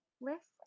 list